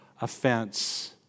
offense